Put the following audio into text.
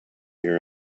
hear